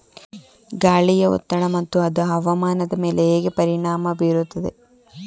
ಗಾಳಿಯ ಒತ್ತಡ ಮತ್ತು ಅದು ಹವಾಮಾನದ ಮೇಲೆ ಹೇಗೆ ಪರಿಣಾಮ ಬೀರುತ್ತದೆ?